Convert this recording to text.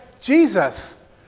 Jesus